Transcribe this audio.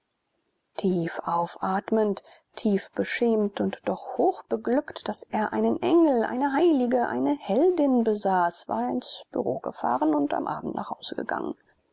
tief aufatmend tief beschämt und doch hoch beglückt daß er einen engel eine heilige eine heldin besaß war er ins bureau gefahren und am abend nach hause gegangen